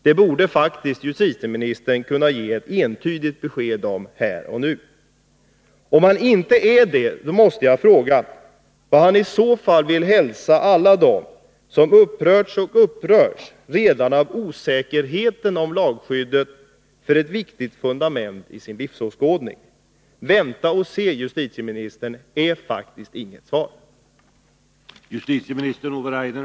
Det borde faktiskt justitieministern kunna ge ett entydigt besked om här och nu. Om han inte kan det, måste jag fråga: Vad vill justitieministern hälsa alla dem som upprörts och upprörs redan av osäkerheten om lagskyddet för ett viktigt fundament i sin livsåskådning? Vänta och se, justitieministern, är faktiskt inget svar.